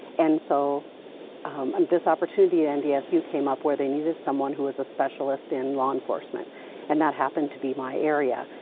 and so um and this opportunity and ah came up where they needed someone who was a specialist in law enforcement and that happened to be my area,